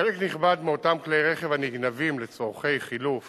חלק נכבד מאותם כלי רכב הנגנבים לצורכי חילוף